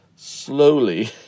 Slowly